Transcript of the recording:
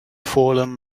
fallen